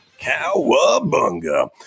Cowabunga